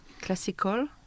classical